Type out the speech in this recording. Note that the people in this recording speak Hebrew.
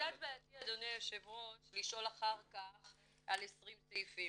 זה קצת בעייתי אדוני היושב ראש לשאול אחר כך על 20 סעיפים.